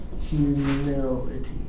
Humility